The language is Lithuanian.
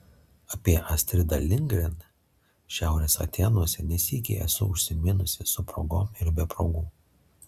apie astridą lindgren šiaurės atėnuose ne sykį esu užsiminusi su progom ir be progų